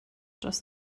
dros